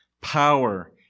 power